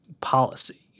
policy